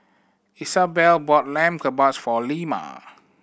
Isabelle bought Lamb Kebabs for Lemma